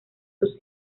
sus